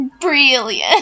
Brilliant